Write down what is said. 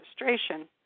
registration